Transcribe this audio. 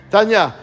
Tanya